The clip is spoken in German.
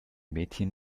mädchen